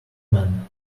man